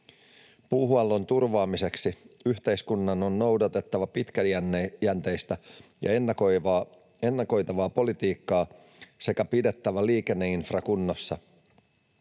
Puuhuollon turvaamiseksi yhteiskunnan on noudatettava pitkäjänteistä ja ennakoitavaa politiikkaa sekä pidettävä liikenneinfra kunnossa.